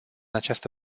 această